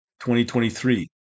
2023